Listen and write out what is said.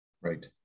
Right